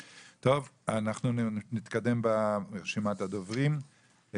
טוב, אנחנו נתקדם ברשימת הדוברים.